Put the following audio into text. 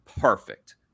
perfect